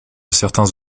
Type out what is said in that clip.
certains